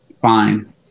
Fine